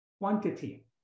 quantity